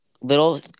little